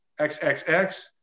XXX